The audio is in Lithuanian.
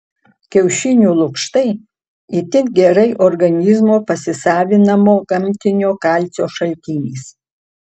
kiaušinių lukštai itin gerai organizmo pasisavinamo gamtinio kalcio šaltinis